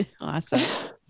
Awesome